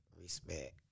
respect